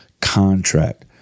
contract